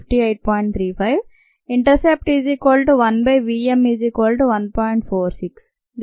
35 Intercept 1vm1